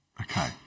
Okay